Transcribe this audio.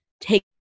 take